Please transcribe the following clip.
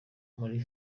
muri